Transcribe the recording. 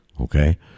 okay